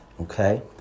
Okay